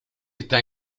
está